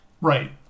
Right